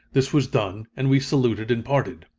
this was done, and we saluted and parted.